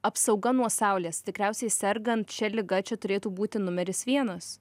apsauga nuo saulės tikriausiai sergant šia liga čia turėtų būti numeris vienas